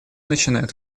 начинает